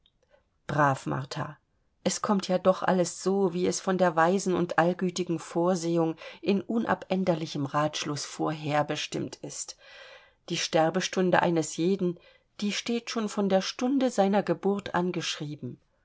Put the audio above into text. brav martha es kommt ja doch alles so wie es von der weisen und allgütigen vorsehung in unabänderlichem ratschluß vorher bestimmt ist die sterbestunde eines jeden die steht schon von der stunde seiner geburt an